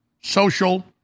social